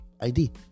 ID